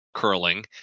curling